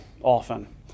often